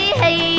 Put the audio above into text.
hey